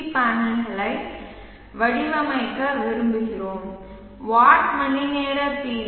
we பேனல்களை வடிவமைக்க விரும்புகிறோம் வாட் மணிநேர பி